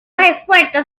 esfuerzos